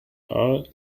are